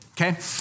Okay